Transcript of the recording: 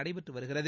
நடைபெற்று வருகிறது